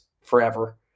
forever